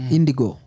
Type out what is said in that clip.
Indigo